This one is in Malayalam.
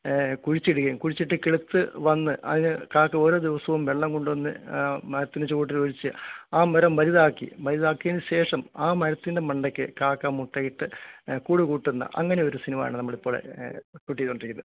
കുഴിച്ചിടുകയും കുഴിച്ചിട്ട് കിളിർത്ത വന്ന് അത് കാക്ക ഓരോ ദിവസോം വെള്ളം കൊണ്ടന്ന് മരത്തിന് ചുവട്ടിൽ ഒഴിച്ച് ആ മരം വലുതാക്കി വലുതാക്കിയതിന് ശേഷം ആ മരത്തിന്ന് മണ്ടക്ക് കാക്ക മുട്ടയിട്ട് കൂട് കൂട്ടുന്ന അങ്ങനെയൊരു സിനിമാണ് നമ്മളിപ്പോൾ ഷൂട്ട് ചെയ്തോണ്ടിരക്കുന്ന